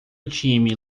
time